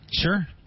Sure